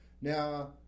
Now